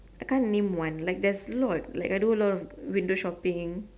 I can't name one like there's a lot like I do a of of window shopping